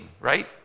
right